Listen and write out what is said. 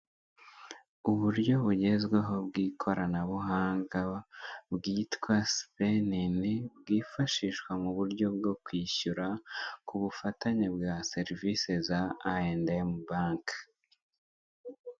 Uburyo bugezweho bw'ikoranabuhanga bwitwa supenini bwifashishwa mu buryo bwo kwishyura k'ubufatanye bwa serivisi za ayendemu bake.